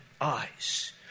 eyes